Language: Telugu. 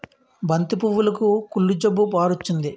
బంతి పువ్వులుకి కుళ్ళు జబ్బు పారొచ్చింది